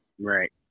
Right